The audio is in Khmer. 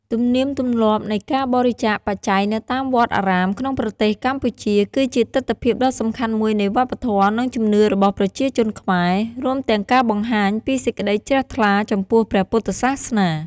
ទំនៀមទម្លាប់នៃការបរិច្ចាគបច្ច័យនៅតាមវត្តអារាមក្នុងប្រទេសកម្ពុជា គឺជាទិដ្ឋភាពដ៏សំខាន់មួយនៃវប្បធម៌ និងជំនឿរបស់ប្រជាជនខ្មែរ រួមទាំងការបង្ហាញពីសេចក្តីជ្រះថ្លាចំពោះព្រះពុទ្ធសាសនា។